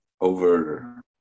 over